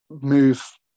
move